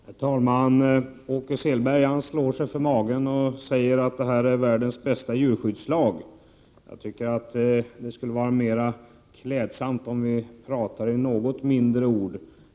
Herr talman! Åke Selberg slår sig för bröstet och säger att detta är världens bästa djurskyddslag. Det vore mer klädsamt om han inte använde så stora ord.